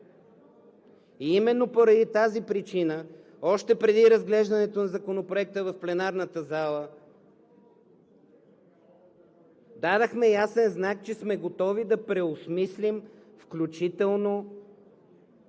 Именно поради тази причина, още преди разглеждането на Законопроекта в пленарната зала, дадохме ясен знак, че сме готови да преосмислим включително